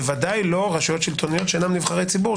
ודאי לא רשויות שלטוניות שאינן נבחרי ציבור,